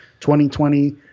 2020